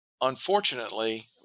unfortunately